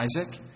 Isaac